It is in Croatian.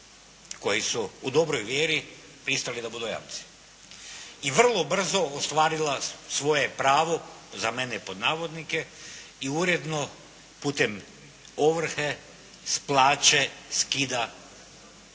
koji su u dobroj vjeri pristali da budu jamci i vrlo brzo ostvarila svoje pravo za mene pod navodnike, i uredno putem ovrhe s plaće skida